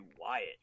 Wyatt